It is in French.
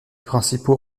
principaux